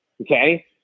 Okay